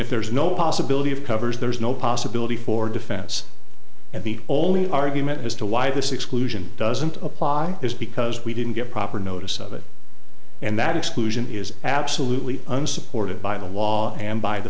if there is no possibility of covers there is no possibility for defense and the only argument as to why this exclusion doesn't apply is because we didn't get proper notice of it and that exclusion is absolutely unsupported by the law and by the